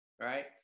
right